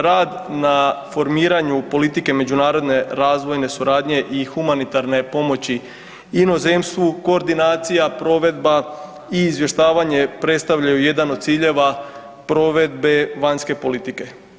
Rad na formiranju politike međunarodne razvojne suradnje i humanitarne pomoći inozemstvu, koordinacija, provedba i izvještavanje predstavljaju jedan od ciljeva provedbe vanjske politike.